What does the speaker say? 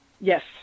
Yes